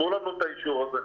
תנו לנו את האישור הזה,